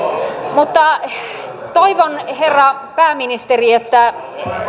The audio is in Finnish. mutta toivon herra pääministeri että